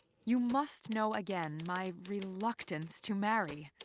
you must know again my reluctance to marry.